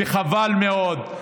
חבל מאוד.